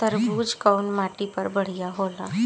तरबूज कउन माटी पर बढ़ीया होला?